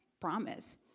promise